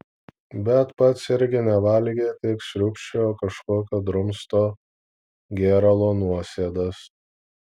bet pats irgi nevalgė tik sriūbčiojo kažkokio drumsto gėralo nuosėdas